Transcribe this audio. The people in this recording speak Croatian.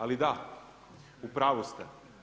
Ali da, u pravu ste.